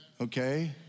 Okay